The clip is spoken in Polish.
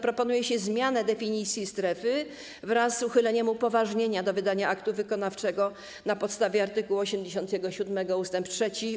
Proponuje się zatem zmianę definicji strefy wraz z uchyleniem upoważnienia do wydania aktu wykonawczego na podstawie art. 87 ust. 3